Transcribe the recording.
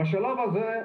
בשלב הזה,